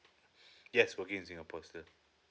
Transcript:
yes working in singapore still